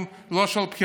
לא של הח"כים,